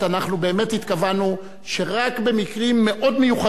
אנחנו באמת התכוונו שרק במקרים מאוד מיוחדים,